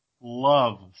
love